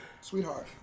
sweetheart